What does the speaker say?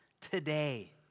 Today